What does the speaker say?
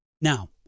Now